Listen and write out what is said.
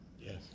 Yes